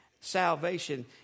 salvation